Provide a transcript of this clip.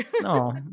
no